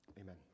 Amen